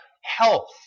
health